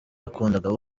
yakundaga